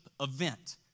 event